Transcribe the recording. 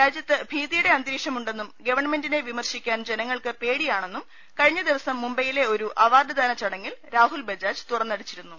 രാജ്യത്ത് ഭീതിയുടെ അന്തരീക്ഷമുണ്ടെന്നും ഗവൺമെന്റിനെ വിമർശിക്കാൻ ജനങ്ങൾക്ക് പേടിയാണെന്നും കഴിഞ്ഞ ദിവസം മുംബൈയിലെ ഒരു അവാർഡ്ദാന ചടങ്ങിൽ രാഹുൽ ബജാജ് തുറന്നടിച്ചിരുന്നു